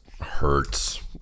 hurts